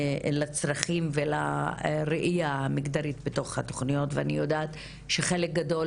הצרכים והראייה המגדרית בתוך התוכניות ואני יודעת שחלק גדול